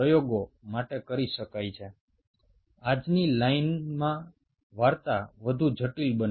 আমরা এখনো একই ভাবে ভেবে আসছি বরংচ ব্যাপারটা আরো বেশি জটিল হয়ে উঠেছে